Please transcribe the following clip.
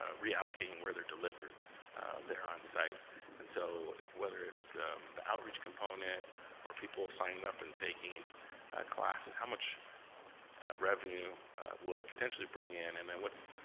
ah reallocating where they're delivered there on-site and so whether it's the outreach component or people signing up and taking classes how much revenue will it potentially bring in and then what's